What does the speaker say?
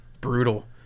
brutal